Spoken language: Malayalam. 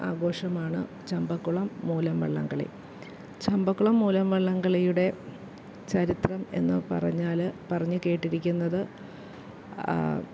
ആഘോഷമാണ് ചമ്പക്കുളം മൂലം വള്ളം കളി ചമ്പക്കുളം മൂലം വള്ളം കളിയുടെ ചരിത്രം എന്നുപറഞ്ഞാൽ പറഞ്ഞ് കേട്ടിരിക്കുന്നത്